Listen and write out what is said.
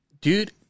Dude